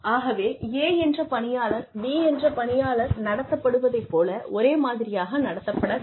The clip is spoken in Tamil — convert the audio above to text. ஆகவே A என்ற பணியாளர் B என்ற பணியாளர் நடத்தப்படுவதைப் போல ஒரே மாதிரியாக நடத்தப்பட வேண்டும்